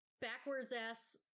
backwards-ass